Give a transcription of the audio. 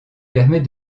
permet